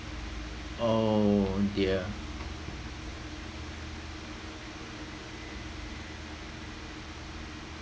oh dear